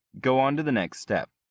go on to the next step.